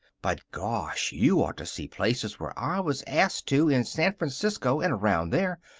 but, gosh, you ought to see places where i was asked to in san francisco and around there.